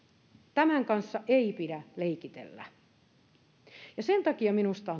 tämän kanssa ei pidä leikitellä sen takia minusta